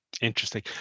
Interesting